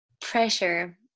Pressure